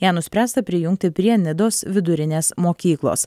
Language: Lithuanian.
ją nuspręsta prijungti prie nidos vidurinės mokyklos